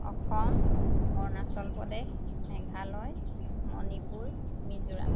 Assam Arunachal Pradesh Meghalaya Manipur Mizoram